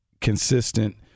consistent